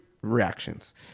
reactions